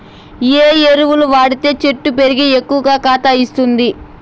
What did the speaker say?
ఏ ఎరువులు వాడితే చెట్టు పెరిగి ఎక్కువగా కాత ఇస్తుంది?